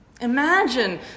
Imagine